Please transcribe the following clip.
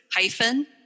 hyphen